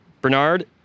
Bernard